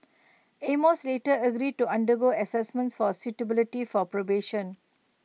amos later agreed to undergo Assessment for A suitability for probation